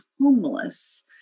homeless